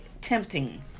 tempting